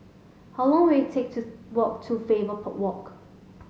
how long will it take to walk to Faber Walk